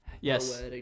Yes